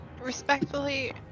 Respectfully